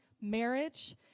marriage